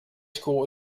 school